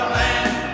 land